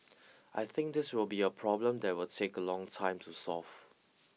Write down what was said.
I think this will be a problem that will take a long time to solve